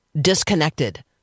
disconnected